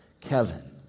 Kevin